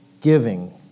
giving